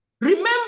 Remember